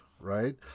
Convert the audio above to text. Right